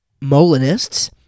Molinists